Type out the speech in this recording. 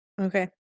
Okay